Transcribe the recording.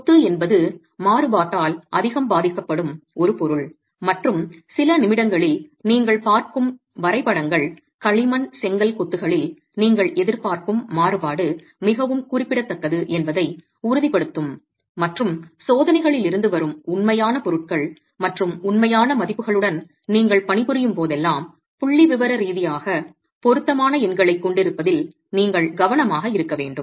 கொத்து என்பது மாறுபாட்டால் அதிகம் பாதிக்கப்படும் ஒரு பொருள் மற்றும் சில நிமிடங்களில் நீங்கள் பார்க்கும் வரைபடங்கள் களிமண் செங்கல் கொத்துகளில் நீங்கள் எதிர்பார்க்கும் மாறுபாடு மிகவும் குறிப்பிடத்தக்கது என்பதை உறுதிப்படுத்தும் மற்றும் சோதனைகளில் இருந்து வரும் உண்மையான பொருட்கள் மற்றும் உண்மையான மதிப்புகளுடன் நீங்கள் பணிபுரியும் போதெல்லாம் புள்ளிவிவர ரீதியாக பொருத்தமான எண்களைக் கொண்டிருப்பதில் நீங்கள் கவனமாக இருக்க வேண்டும்